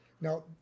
now